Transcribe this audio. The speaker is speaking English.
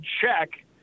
check